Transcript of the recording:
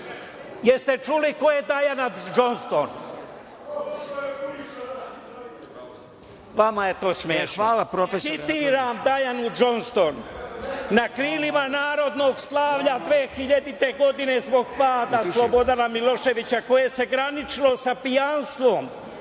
čuli ko je Dajana Džonston? Vama je to smešno. Citiram Dajanu Džonston: "Na krilima narodnog slavlja 2000. godine zbog pada Slobodana Miloševića koje se graničilo sa pijanstvom,